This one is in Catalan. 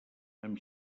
amb